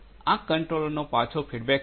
તેથી આ કંટ્રોલરનો પાછો ફીડબેક છે